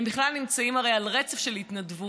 הם בכלל נמצאים הרי על רצף של התנדבות,